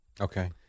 Okay